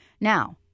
Now